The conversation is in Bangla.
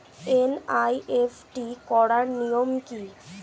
এন.ই.এফ.টি করার নিয়ম কী?